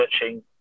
searching